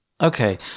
okay